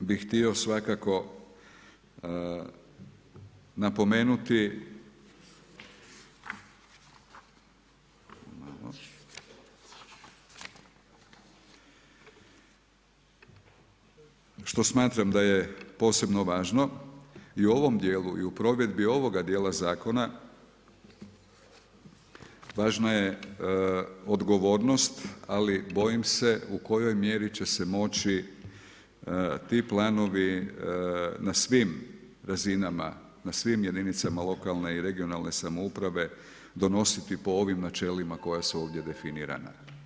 Ono što bih htio svakako napomenuti što smatram da je posebno važno i u ovom dijelu i u provedbi ovog dijela zakona važna je odgovornost, ali bojim se u kojoj mjeri će se moći ti planovi na svim razinama, na svim jedinicama lokalne i regionalne samouprave donositi po ovim načelima koja su ovdje definirana.